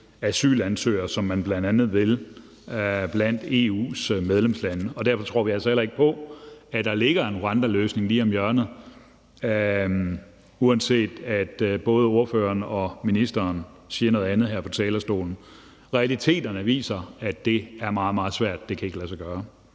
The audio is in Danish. asylansøgere, som man bl.a. vil, blandt EU's medlemslande. Derfor tror vi altså heller ikke på, at der ligger en rwandaløsning lige om hjørnet, uanset at både ordføreren og ministeren siger noget andet her på talerstolen. Realiteterne viser, at det er meget, meget svært, og at det ikke kan lade sig gøre.